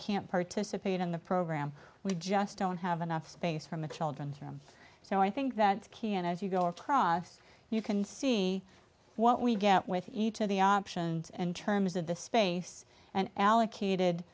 can't participate in the program we just don't have enough space from the children's room so i think that can as you go across you can see what we get with each of the options and terms of the space and allocated